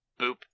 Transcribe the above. Boop